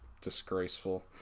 Disgraceful